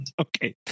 Okay